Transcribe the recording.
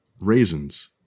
raisins